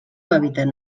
hàbitat